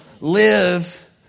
live